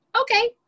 okay